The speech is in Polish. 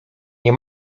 nie